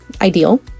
ideal